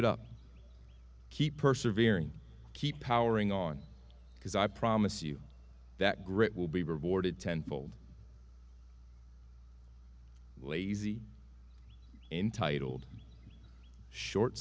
it up keep perseverance keep powering on because i promise you that grit will be rewarded tenfold lazy entitled short